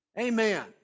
Amen